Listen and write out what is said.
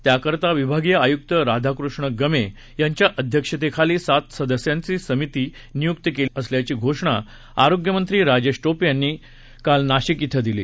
त्याकरता विभागीय आयुक्त राधाकृष्ण गमे यांच्या अध्यक्षतेखाली सात सदस्यांची समिती नियुक्त केली असल्याची घोषणा आरोग्य मंत्री राजेश टोपे यांनी आज नाशिक िं दिली